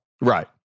right